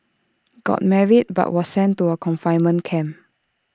got married but was sent to A confinement camp